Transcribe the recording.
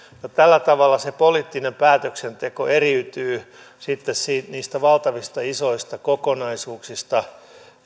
tällä tavalla se poliittinen päätöksenteko eriytyy sitten niistä valtavista isoista kokonaisuuksista